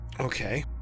Okay